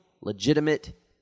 legitimate